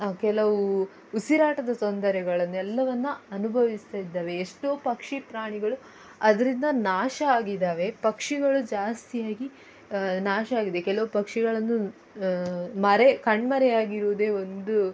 ಕೆಲವು ಉಸಿರಾಟದ ತೊಂದರೆಗಳನ್ನೆಲ್ಲವನ್ನು ಅನುಭವಿಸ್ತಾ ಇದ್ದೇವೆ ಎಷ್ಟೋ ಪಕ್ಷಿ ಪ್ರಾಣಿಗಳು ಅದರಿಂದ ನಾಶ ಆಗಿದ್ದಾವೆ ಪಕ್ಷಿಗಳು ಜಾಸ್ತಿಯಾಗಿ ನಾಶ ಆಗಿದೆ ಕೆಲವು ಪಕ್ಷಿಗಳಂತೂ ಮರೆ ಕಣ್ಮರೆಯಾಗಿರುವುದೇ ಒಂದು